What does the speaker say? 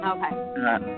Okay